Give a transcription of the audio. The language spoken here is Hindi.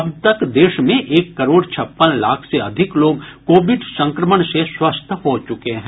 अब तक देश में एक करोड़ छप्पन लाख से अधिक लोग कोविड संक्रमण से स्वस्थ हो चुके हैं